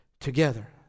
together